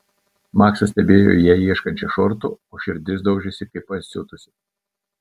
maksas stebėjo ją ieškančią šortų o širdis daužėsi kaip pasiutusi